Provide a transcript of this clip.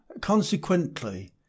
consequently